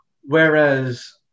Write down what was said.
Whereas